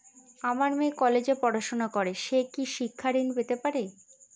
আমার মেয়ে কলেজে পড়াশোনা করে সে কি শিক্ষা ঋণ পেতে পারে?